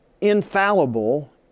infallible